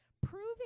proving